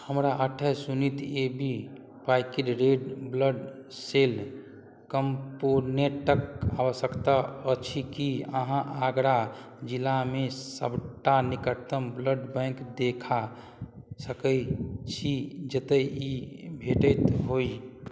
हमरा अठाइस unit A B packed red blood cell कम्पोनेन्टके आवश्यकता अछि कि अहाँ आगरा जिलामे सबटा निकटतम ब्लड बैँक देखा सकै छी जतए ई भेटैत होइ